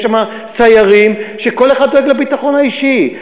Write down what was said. שם סיירים שכל אחד דואג לביטחון האישי.